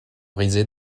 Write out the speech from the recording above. brisé